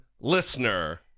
listener